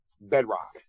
bedrock